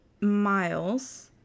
miles